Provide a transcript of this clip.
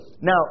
Now